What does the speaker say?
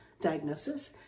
diagnosis